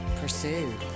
Pursued